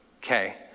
Okay